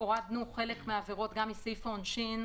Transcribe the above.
הורדנו חלק מהעבירות מסעיף העונשין,